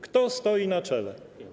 Kto stoi na czele?